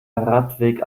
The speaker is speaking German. radweg